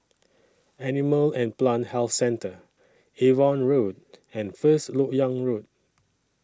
Animal and Plant Health Centre Avon Road and First Lok Yang Road